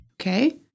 Okay